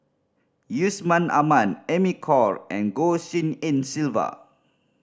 Yusman Aman Amy Khor and Goh Tshin En Sylvia